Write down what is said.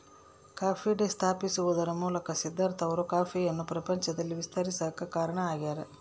coffee Day ಸ್ಥಾಪಿಸುವದರ ಮೂಲಕ ಸಿದ್ದಾರ್ಥ ಅವರು ಕಾಫಿಯನ್ನು ಪ್ರಪಂಚದಲ್ಲಿ ವಿಸ್ತರಿಸಾಕ ಕಾರಣ ಆಗ್ಯಾರ